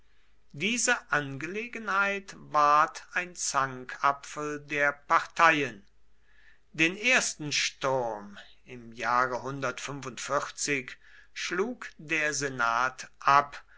diese angelegenheit ward ein zankapfel der parteien den ersten sturm im jahre schlug der senat ab